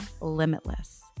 limitless